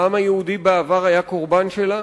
העם היהודי בעבר היה קורבן שלה.